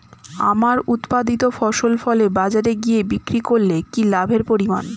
আমার উৎপাদিত ফসল ফলে বাজারে গিয়ে বিক্রি করলে কি লাভের পরিমাণ?